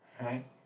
Right